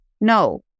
no